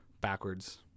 backwards